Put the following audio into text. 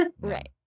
right